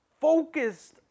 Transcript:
focused